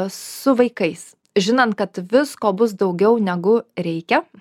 su vaikais žinant kad visko bus daugiau negu reikia